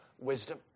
wisdom